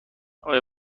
آیا